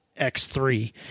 x3